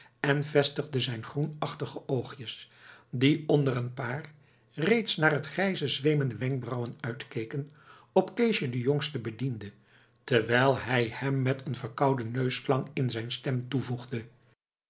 en vestigde zijn groenachtige oogjes die onder een paar reeds naar het grijze zweemende wenkbrauwen uitkeken op keesje den jongsten bediende terwijl hij hem met een verkouden neusklank in zijn stem toevoegde